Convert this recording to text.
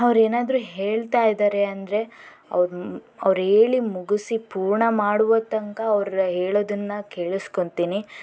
ಅವರು ಏನಾದ್ರು ಹೇಳ್ತಾಯಿದ್ದಾರೆ ಅಂದರೆ ಅವರು ಅವರು ಹೇಳಿ ಮುಗಿಸಿ ಪೂರ್ಣ ಮಾಡುವ ತನಕ ಅವರು ಹೇಳೋದನ್ನು ಕೇಳಿಸ್ಕೋತೀನಿ